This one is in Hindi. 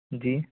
जी